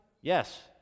Yes